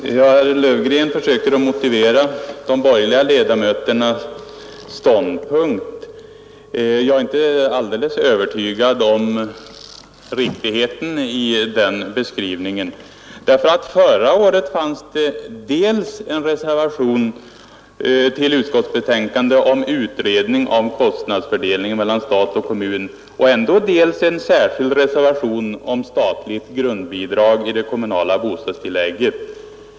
Herr talman! Herr Löfgren försöker motivera de borgerliga ledamöternas ståndpunkt, men jag är inte alldeles övertygad om riktigheten i hans beskrivning. Förra året förelåg det nämligen dels en reservation beträffande utredning om kostnadsfördelningen mellan stat och kommun, dels — trots detta — en reservation beträffande statligt grundbidrag till kommunerna för utgivande av kommunala bostadstillägg.